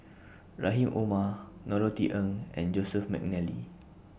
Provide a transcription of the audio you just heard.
Rahim Omar Norothy Ng and Joseph Mcnally